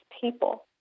people